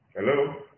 Hello